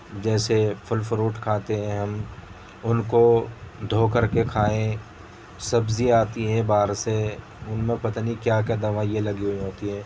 جیسے پھل فروٹ کھاتے ہیں ہم ان کو دھو کر کے کھائیں سبزی آتی ہے باہر سے ان میں پتا نہیں کیا کیا دوائیاں لگی ہوئی ہوتی ہیں